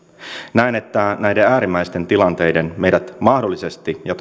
näen että näiden äärimmäisten tilanteiden meidät mahdollisesti ja